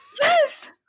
Yes